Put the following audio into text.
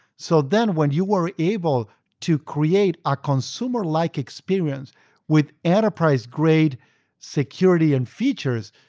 so then, when you were able to create a consumer-like experience with enterprise-grade security and features,